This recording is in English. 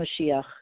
Mashiach